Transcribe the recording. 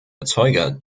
erzeuger